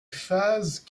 phases